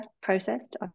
processed